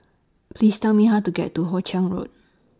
Please Tell Me How to get to Hoe Chiang Road